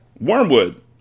Wormwood